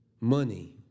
Money